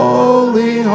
Holy